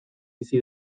bizi